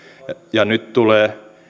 ja nyt tulee